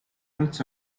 minutes